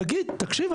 יגיד: תקשיב,